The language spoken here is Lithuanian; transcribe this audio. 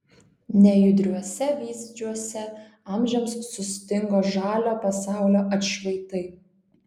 nejudriuose vyzdžiuose amžiams sustingo žalio pasaulio atšvaitai